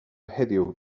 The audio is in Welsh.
heddiw